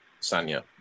Sanya